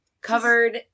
Covered